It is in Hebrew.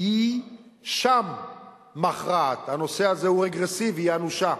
היא שם מכרעת, הנושא הזה הוא רגרסיבי, היא אנושה.